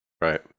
Right